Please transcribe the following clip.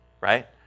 right